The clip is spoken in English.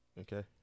Okay